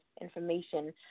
information